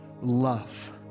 love